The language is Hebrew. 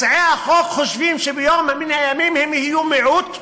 מציעי החוק חושבים שביום מן הימים הם יהיו מיעוט,